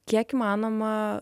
kiek įmanoma